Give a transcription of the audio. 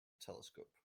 telescope